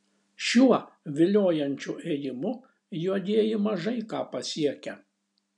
šiuo viliojančiu ėjimu juodieji mažai ką pasiekia